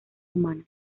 humanas